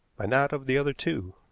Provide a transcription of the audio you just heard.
but not of the other two.